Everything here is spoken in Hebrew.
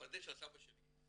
פרדס של סבא שלי.